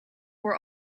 were